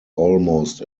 almost